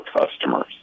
customers